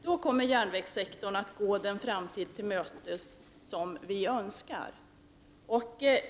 Då kommer järnvägssektorn att gå den framtid till mötes som vi önskar.